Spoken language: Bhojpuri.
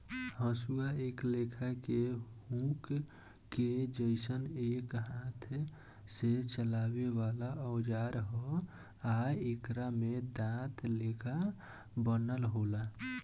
हसुआ एक लेखा के हुक के जइसन एक हाथ से चलावे वाला औजार ह आ एकरा में दांत लेखा बनल होला